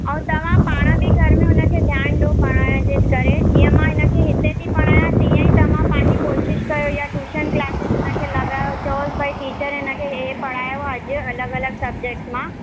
ऐं तव्हां पाणि बि घर में हुनखे ध्यानु ॾियो पढ़ाइण जे करे जीअं मां हिनखे हिते थी पढ़ायां तीअं ई तव्हां पंहिंजी कोशिशि कयो या टूशन क्लासिस हुनखे लॻायो चयोसि भई टीचर हिनखे ही ही पढ़ायो आहे अॼु अलॻि अलॻि सबजैक्ट्स मां